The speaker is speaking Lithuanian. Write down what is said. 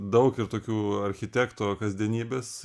daug ir tokių architekto kasdienybės